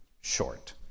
short